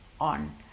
on